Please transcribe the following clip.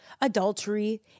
adultery